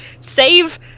save